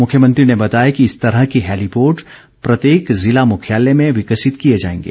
मुख्यमंत्री ने बताया कि इस तेरह के हैलीपोर्ट प्रत्येक जिला मुख्यालय में विकसित किए जाएंगे